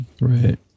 right